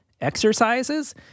exercises